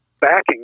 backing